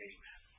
Amen